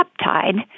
peptide